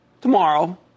Tomorrow